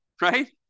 right